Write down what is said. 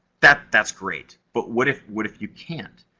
that's that's great. but what if, what if you can't?